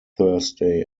thursday